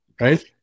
right